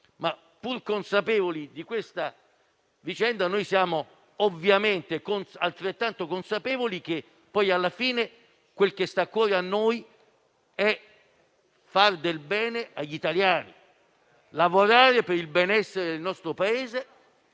Ma, pur consapevoli di questo, siamo ovviamente altrettanto consapevoli del fatto che poi, alla fine, quello che sta a cuore a noi è fare del bene agli italiani, lavorare per il benessere del nostro Paese